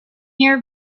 here